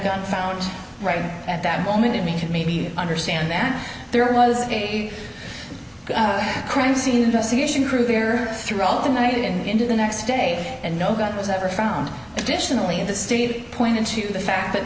gun found right at that moment to make it made me understand that there was a crime scene investigation crew there throughout the night and into the next day and no god was ever found additionally in the state pointed to the fact that